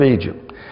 Egypt